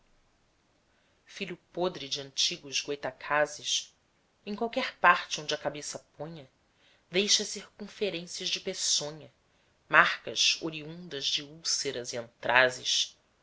filho podre de antigos goitacases em qualquer parte onde a cabeça ponha deixa circunferências de peçonha marcas oriundas de úlceras